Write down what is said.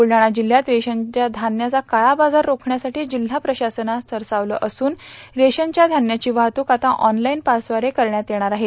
ब्रलढाणा जिल्हयात रेशनच्या धान्याचा काळाबाजार रोखण्यासाठी जिल्हा प्रशासनं सरसावलं असून रेशनच्या धाव्याची वाहतूक आता ऑनलाईन पासद्धारे करण्यात येणार आहे